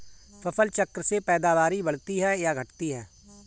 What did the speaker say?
फसल चक्र से पैदावारी बढ़ती है या घटती है?